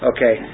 Okay